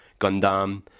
Gundam